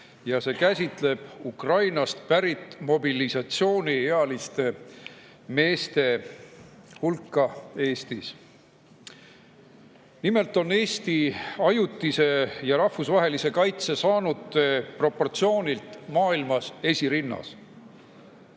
ja see käsitleb Ukrainast pärit mobilisatsiooniealiste meeste hulka Eestis. Nimelt on Eesti ajutise ja rahvusvahelise kaitse saanute proportsioonilt maailmas esirinnas.